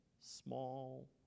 small